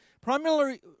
primarily